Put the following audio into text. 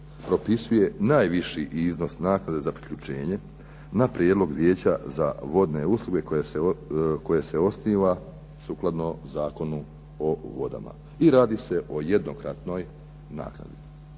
propisuje najviši iznos naknade za priključenje na prijedlog Vijeća za vodne usluge koje se osniva sukladno Zakonu o vodama i radi se o jednokratnoj naknadi."